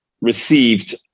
received